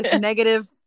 negative